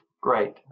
Great